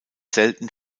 selten